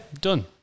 done